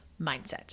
mindset